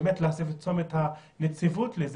להוסיף אחרון זה הנושא של אוריינות